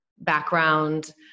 background